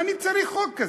מה אני צריך חוק כזה?